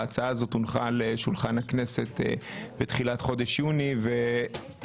ההצעה הזו הונחה על שולחן הכנסת בתחילת חודש יוני ולמעשה